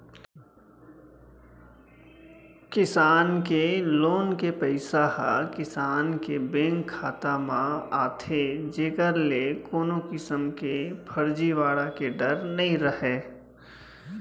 किसान के लोन के पइसा ह किसान के बेंक खाता म आथे जेकर ले कोनो किसम के फरजीवाड़ा के डर नइ रहय